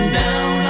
down